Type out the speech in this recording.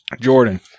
Jordan